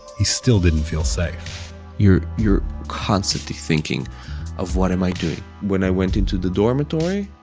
he still didn't feel safe you're you're constantly thinking of what am i doing? when i went into the dormitory,